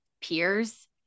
peers